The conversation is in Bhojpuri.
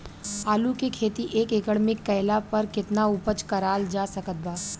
आलू के खेती एक एकड़ मे कैला पर केतना उपज कराल जा सकत बा?